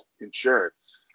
insurance